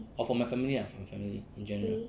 or for my family lah for my family in general